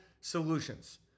solutions